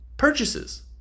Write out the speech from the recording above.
Purchases